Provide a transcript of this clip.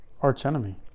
archenemy